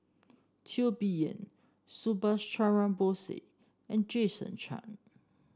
Teo Bee Yen Subhas Chandra Bose and Jason Chan